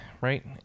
right